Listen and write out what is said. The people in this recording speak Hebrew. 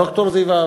ד"ר זיו-אב.